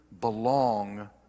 belong